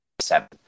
seven